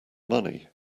money